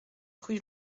rue